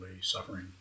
suffering